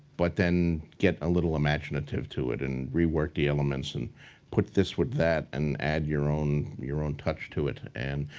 but then get a little imaginative to it and rework the elements and put this with that and add your own your own touch to it. and,